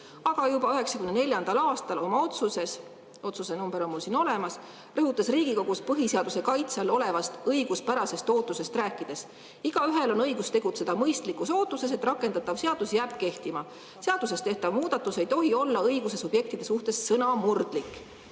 aga juba 1994. aastal oma otsuses – otsuse number on mul siin olemas – rõhutas Riigikohus põhiseaduse kaitse all olevast õiguspärasest ootusest rääkides: "Igaühel on õigus tegutseda mõistlikus ootuses, et rakendatav seadus jääb kehtima. Seaduses tehtav muudatus ei tohi olla õiguse subjektide suhtes sõnamurdlik."